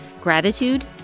Gratitude